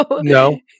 no